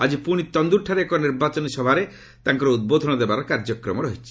ଆଜି ପୁଣି ତନ୍ଦୁରଠାରେ ଏକ ନିର୍ବାଚନୀ ସଭାରେ ତାଙ୍କର ଉଦ୍ବୋଧନ ଦେବାର କାର୍ଯ୍ୟକ୍ରମ ରହିଛି